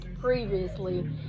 previously